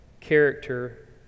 character